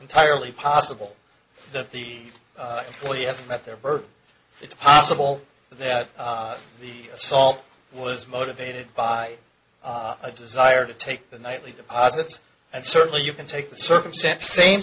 entirely possible that the employee has met their birth it's possible that the assault was motivated by a desire to take the nightly deposits and certainly you can take the circumstance same